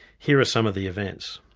here are some of the events.